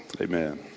amen